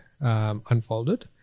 unfolded